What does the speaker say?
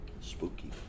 Spooky